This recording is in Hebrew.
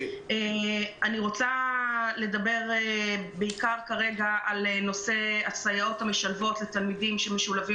אני רוצה לדבר על נושא הסייעות המשלבות לתלמידים המשולבים